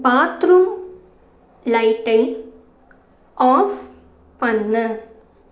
bathroom லைட்டை off பண்ணு